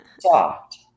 Soft